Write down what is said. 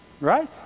Right